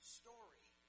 story